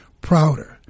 prouder